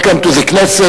welcome to the Knesset,